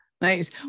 Nice